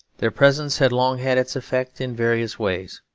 their presence had long had its effect in various ways.